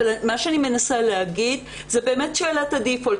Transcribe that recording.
אני מנסה להגיד שזו באמת שאלת ברירת המחדל,